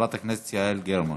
חברת הכנסת יעל גרמן.